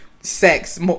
sex